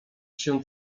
się